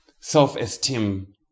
self-esteem